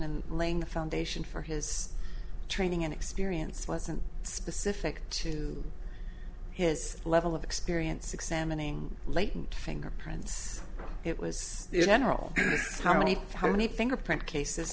and laying the foundation for his training and experience wasn't specific to his level of experience examining latent fingerprints it was in eneral how many how many fingerprint cases